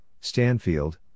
Stanfield